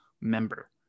member